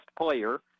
player